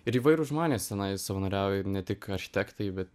ir įvairūs žmonės tenai savanoriauja ne tik architektai bet